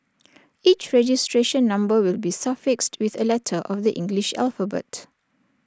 each registration number will be suffixed with A letter of the English alphabet